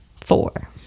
Four